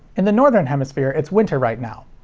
in the northern hemisphere, it's winter right now.